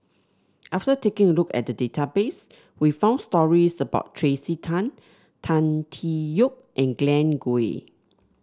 after taking a look at the database we found stories about Tracey Tan Tan Tee Yoke and Glen Goei